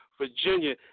Virginia